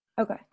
Okay